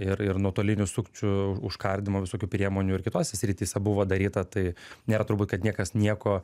ir ir nuotolinių sukčių užkardymo visokių priemonių ir kitose srityse buvo daryta tai nėra turbūt kad niekas nieko